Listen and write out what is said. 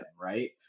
right